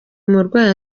umurwayi